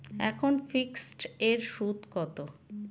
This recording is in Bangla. এখন ফিকসড এর সুদ কত?